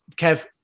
Kev